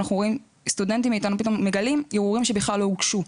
סטודנטים מאתנו פתאום מגלים ערעורים שבכלל לא הוגשו.